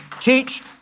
Teach